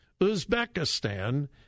Uzbekistan